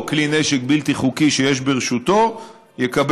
כלי נשק בלתי חוקי שיש ברשותו יקבל,